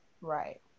Right